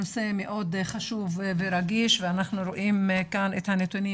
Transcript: נושא מאוד חשוב ורגיש ואנחנו רואים כאן את הנתונים